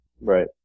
Right